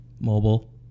mobile